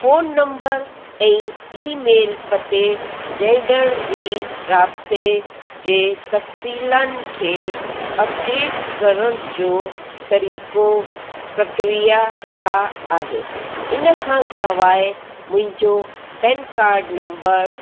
phone number ऐं email पते जेंडण बि राब्ते जे तफ़सीलनि खे अपडेट करण जो तरीक़ो प्रक्रिया छा आहे इन खां सवाइ मुंहिंजो पैन कार्ड नम्बर